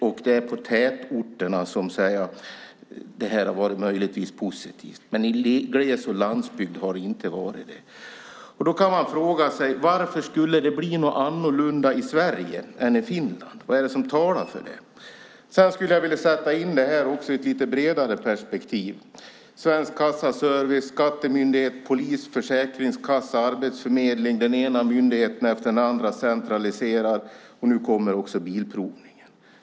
I tätorterna har det här möjligtvis varit positivt. Men i gles och landsbygd har det inte varit det. Då kan man fråga sig: Varför skulle det bli annorlunda i Sverige än i Finland? Vad är det som talar för det? Jag skulle vilja sätta in det här i ett lite bredare perspektiv. Svensk Kassaservice, Skatteverket, polisen, Försäkringskassan, Arbetsförmedlingen - den ena myndigheten efter den andra centraliseras. Nu kommer också bilprovningen.